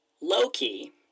Loki